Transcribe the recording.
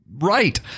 Right